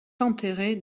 enterrés